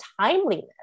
timeliness